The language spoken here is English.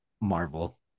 Marvel